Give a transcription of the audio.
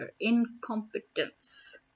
incompetence